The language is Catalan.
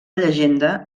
llegenda